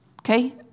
Okay